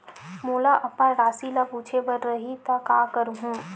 मोला अपन राशि ल पूछे बर रही त का करहूं?